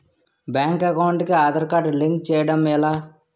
Bank account కి Aadhaar card link చేయడం ఎలా?